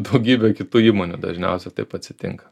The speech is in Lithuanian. daugybę kitų įmonių dažniausiai taip atsitinka